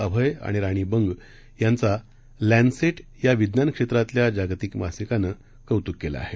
अभय आणि राणी बंग यांचा या लॅन्सेट या विज्ञान क्षेत्रातल्या जागतिक मासिकानं कौतुक काढले आहेत